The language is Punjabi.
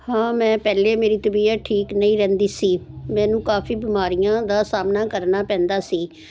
ਹਾਂ ਮੈਂ ਪਹਿਲੇ ਮੇਰੀ ਤਬੀਅਤ ਠੀਕ ਨਹੀਂ ਰਹਿੰਦੀ ਸੀ ਮੈਨੂੰ ਕਾਫੀ ਬਿਮਾਰੀਆਂ ਦਾ ਸਾਹਮਣਾ ਕਰਨਾ ਪੈਂਦਾ ਸੀ ਥੋੜਾ ਬਹੁਤ